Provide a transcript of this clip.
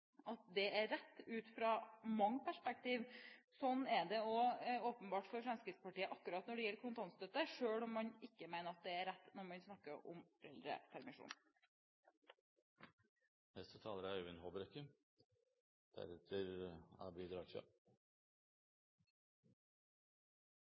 at det er rett ut fra mange perspektiver. Sånn er det åpenbart også for Fremskrittspartiet akkurat når det gjelder kontantstøtte, selv om man mener at det ikke er rett når man snakker om